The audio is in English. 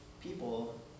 people